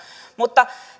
mutta